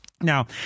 Now